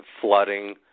flooding